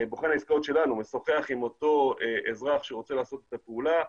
בוחן העסקאות שלנו - עם אותו אזרח שרוצה לעשות את הפעולה,